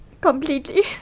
Completely